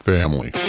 Family